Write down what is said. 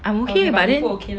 I'm okay but then